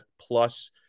plus